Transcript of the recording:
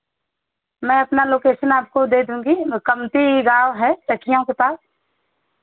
मैं अपना लोकेसन आपको दे दूँगी कमती गाँव है चकियाँ के पास